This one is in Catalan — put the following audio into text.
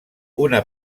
una